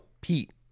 Pete